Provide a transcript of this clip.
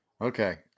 Okay